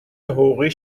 حقوقی